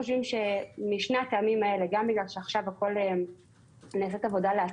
אני חושבת שיש לזה משמעות מבחינת